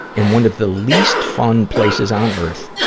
in one of the least fun places on earth,